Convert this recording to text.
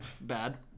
Bad